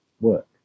work